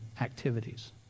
activities